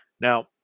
Now